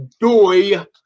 Doi